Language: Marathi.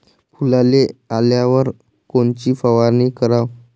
फुलाले आल्यावर कोनची फवारनी कराव?